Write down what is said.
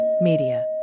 Media